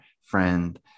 friend